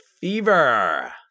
Fever